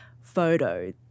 photo